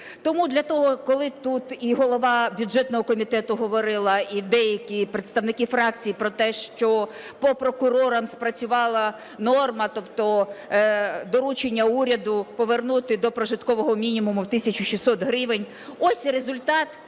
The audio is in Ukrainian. того, коли тут і голова бюджетного комітету говорила, і деякі представники фракції про те, що по прокурорах спрацювала норма, тобто доручення уряду повернути до прожиткового мінімуму тисячу 600 гривень, – ось результат,